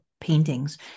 paintings